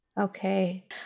Okay